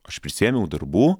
aš prisiėmiau darbų